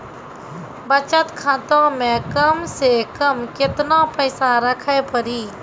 बचत खाता मे कम से कम केतना पैसा रखे पड़ी?